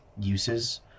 uses